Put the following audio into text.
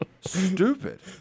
Stupid